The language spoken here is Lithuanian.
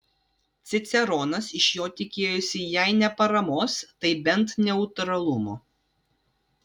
ciceronas iš jo tikėjosi jei ne paramos tai bent neutralumo